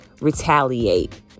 retaliate